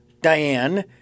Diane